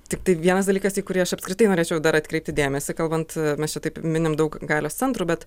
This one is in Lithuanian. tiktai vienas dalykas į kurį aš apskritai norėčiau dar atkreipti dėmesį kalbant mes čia taip minim daug galios centrų bet